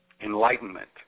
Enlightenment